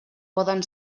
poden